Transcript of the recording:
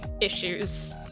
issues